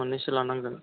मोननैसो लानांगोन